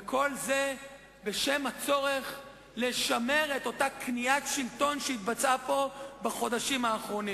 וכמובן, התאוששות ההיי-טק העולמי.